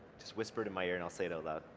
just whisper it in my ear and i'll say it out loud.